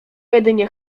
jedynie